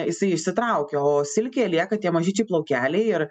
jisai išsitraukia o silkėje lieka tie mažyčiai plaukeliai ir